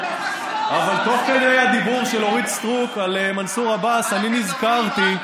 אבל תוך כדי הדיבור של אורית סטרוק על מנסור עבאס אני נזכרתי,